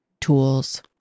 tools